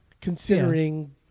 considering